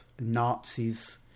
nazis